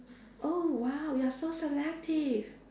oh !wow! you are so selective